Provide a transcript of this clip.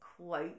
quote